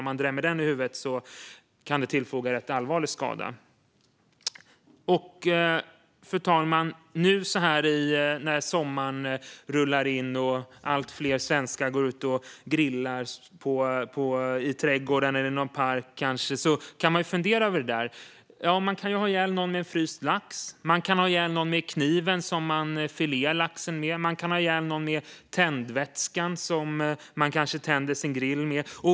Om man drämmer en sådan i huvudet kan det tillfoga någon ganska allvarlig skada. Fru talman! Nu när sommaren rullar in och allt fler svenskar går ut i trädgården eller kanske till någon park och grillar kan vi fundera över det där. Man kan ha ihjäl någon med en fryst lax. Man kan ha ihjäl någon med den kniv man filear laxen med. Man kan också ha ihjäl någon med tändvätskan som man kanske tänder grillen med.